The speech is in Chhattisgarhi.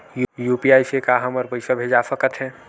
यू.पी.आई से का हमर पईसा भेजा सकत हे?